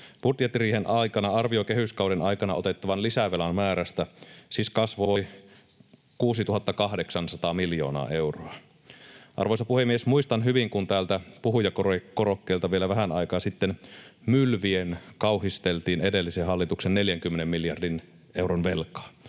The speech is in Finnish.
Budjettiriihen aikana arvio kehyskauden aikana otettavan lisävelan määrästä siis kasvoi 6 800 miljoonaa euroa. Arvoisa puhemies! Muistan hyvin, kun täältä puhujakorokkeelta vielä vähän aikaa sitten mylvien kauhisteltiin edellisen hallituksen 40 miljardin euron velkaa.